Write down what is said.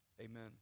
Amen